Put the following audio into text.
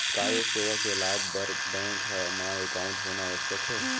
का ये सेवा के लाभ बर बैंक मा एकाउंट होना आवश्यक हे